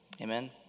Amen